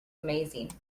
amazing